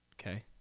okay